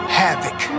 havoc